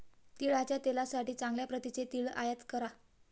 तिळाच्या तेलासाठी चांगल्या प्रतीचे तीळ आयात करा